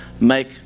make